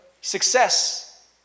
success